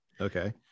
Okay